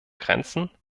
grenzen